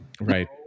Right